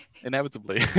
inevitably